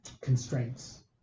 constraints